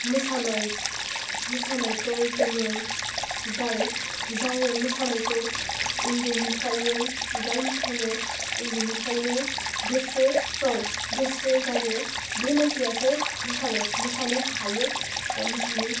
मोसानायखौ जोङो जाय मोसानायखौ उन्दैनिफ्रायनो गोसो दं गोसो जायो बे मानसियासो मोसानो हायो बा मोसानो